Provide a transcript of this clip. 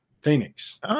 Phoenix